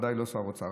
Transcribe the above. ודאי לא שר האוצר.